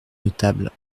notable